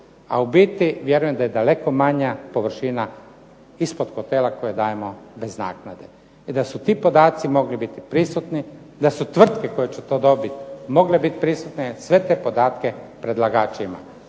a biti vjerujem da je daleko manja površina ispod hotela koje dajemo bez naknade i da su ti podaci mogli biti prisutni, da su tvrtke koje će to dobiti mogle biti prisutne. Sve te podatke predlagač ima,